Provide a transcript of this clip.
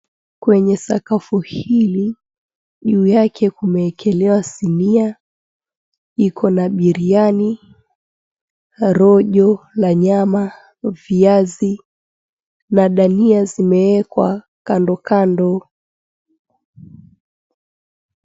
Kwenye sakafu hili, juu yake kumeekelewa sinia. Iko na biriani, rojo na nyama, viazi na dania zimeekwa kando kando.